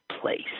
place